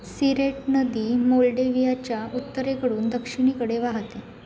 Siret नदी मोल्डेव्हियाच्या उत्तरेकडून दक्षिणेकडे वाहते